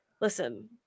Listen